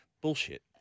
Bullshit